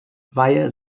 via